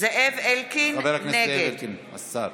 חבר הכנסת אלקין, השר.